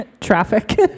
Traffic